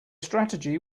strategy